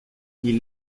ils